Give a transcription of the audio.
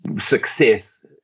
success